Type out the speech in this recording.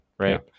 Right